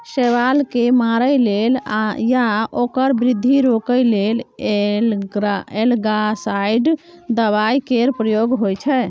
शैबाल केँ मारय लेल या ओकर बृद्धि रोकय लेल एल्गासाइड दबाइ केर प्रयोग होइ छै